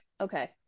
Okay